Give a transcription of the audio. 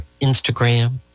Instagram